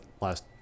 last